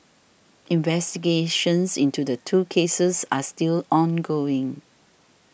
investigations into the two cases are still ongoing